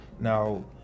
Now